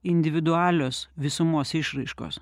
individualios visumos išraiškos